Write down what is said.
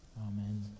Amen